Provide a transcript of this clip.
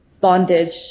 bondage